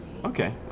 Okay